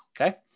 okay